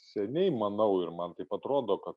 seniai manau ir man taip atrodo kad